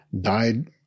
died